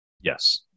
Yes